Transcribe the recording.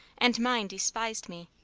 and mine despised me.